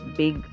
big